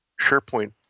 SharePoint